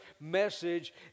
message